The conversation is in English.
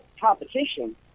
competition